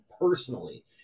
personally